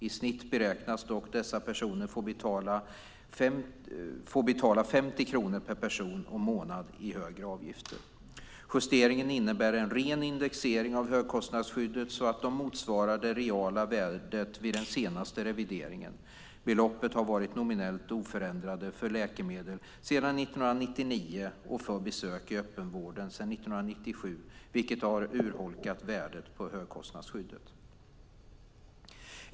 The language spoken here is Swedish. I snitt beräknas dock dessa personer få betala 50 kronor per person och månad i högre avgifter. Justeringen innebär en ren indexering av högkostnadsskydden så att de motsvarar det reala värdet vid den senaste revideringen. Beloppen har varit nominellt oförändrade för läkemedel sedan 1999 och för besök i öppenvården sedan 1997 vilket har urholkat värdet på högkostnadsskydden.